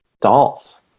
dolls